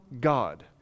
God